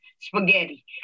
spaghetti